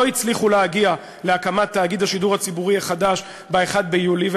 לא הצליחו להגיע להקמת תאגיד השידור הציבורי החדש ב-1 ביולי,